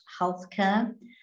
healthcare